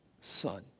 son